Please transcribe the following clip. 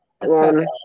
one